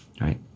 right